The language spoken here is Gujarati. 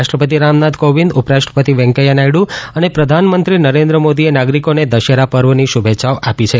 રાષ્ટ્રપતિ રામનાથ કોવિંદ ઉપરાષ્ટ્રપતિ વેંકૈથા નાથડુ અને પ્રધાનમંત્રી નરેન્દ્ર મોદીએ નાગરિકોને દશેરા પર્વની શુભેચ્છાઓ આપી છે